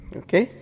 okay